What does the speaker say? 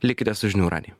likite su žinių radiju